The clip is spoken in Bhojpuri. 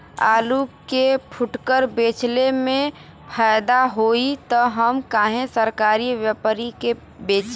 आलू के फूटकर बेंचले मे फैदा होई त हम काहे सरकारी व्यपरी के बेंचि?